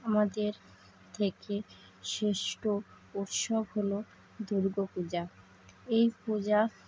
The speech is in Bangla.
আমাদের থেকে শ্রেষ্ঠ উৎসব হল দুর্গা পুজো এই পুজো